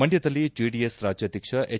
ಮಂಡ್ಕದಲ್ಲಿ ಜೆಡಿಎಸ್ ರಾಜ್ಯಾಧ್ಯಕ್ಷ ಎಚ್